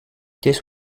this